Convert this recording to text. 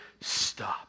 stop